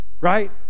right